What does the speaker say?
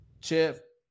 Chip